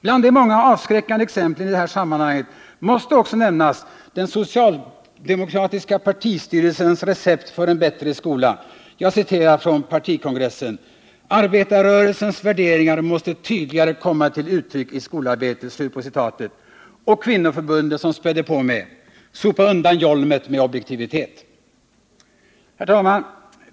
Bland de många avskräckande exemplen i det här sammanhanget måste också nämnas den socialdemokratiska partistyrelsens recept för en bättre skola. Jag citerar från partikongressen: ” Arbetarrörelsens värderingar måste tydligare komma till uttryck i skolarbetet.” Och Kvinnoförbundets spädde på med: ”Sopa undan jolmet om objektivitet.” Herr talman!